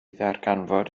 ddarganfod